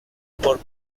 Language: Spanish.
por